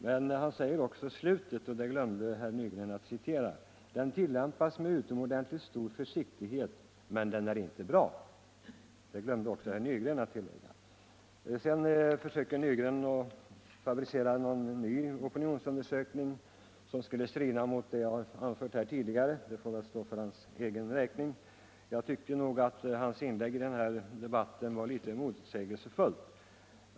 Men han säger också på slutet: ”Den tillämpas med utomordentligt stor försiktighet, men den är inte bra.” Det glömde herr Nygren att citera. Sedan försöker herr Nygren fabricera nägon ny opinionsundersökning, som skulle strida mot vad jag har anfört här tidigare. Det får stå för hans egen räkning. Jag tycker nog att hans inlägg i den här debatten var motsägelsefullt.